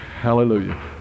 Hallelujah